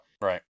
Right